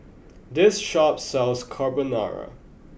this shop sells Carbonara